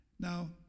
Now